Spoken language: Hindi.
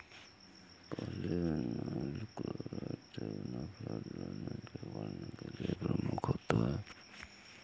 पॉलीविनाइल क्लोराइड़ से बना फ्लाई लाइन मछली पकड़ने के लिए प्रयुक्त होता है